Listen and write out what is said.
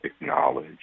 acknowledge